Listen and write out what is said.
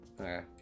okay